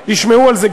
ישמעו על זה,